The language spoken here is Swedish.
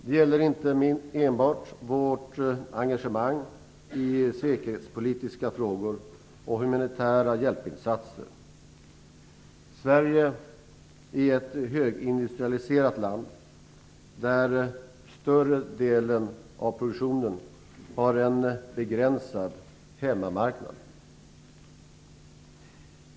Det gäller inte enbart vårt engagemang i säkerhetspolitiska frågor och humanitära hjälpinsatser. Sverige är ett högindustrialiserat land, där större delen av produktionen har en begränsad hemmamarknad.